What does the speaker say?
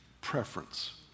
preference